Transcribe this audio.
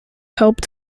helped